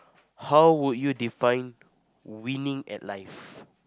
how would you define wining at life